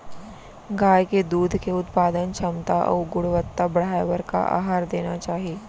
गाय के दूध के उत्पादन क्षमता अऊ गुणवत्ता बढ़ाये बर का आहार देना चाही?